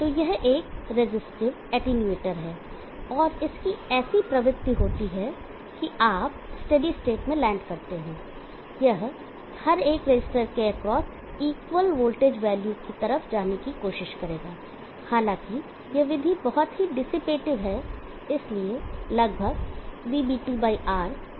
तो यह एक रेजिस्टिव एटीयूटनेर है और इसकी ऐसी एक प्रवृत्ति होती है कि आप स्टेडी स्टेट में लैंड करते हैं यह हर एक रसिस्टर के एक्रॉस इक्वल वोल्टेज वैल्यू की तरफ जाने की कोशिश करेगा हालांकि यह विधि बहुत ही डिसिपेटिव है इसलिए लगभग VB2R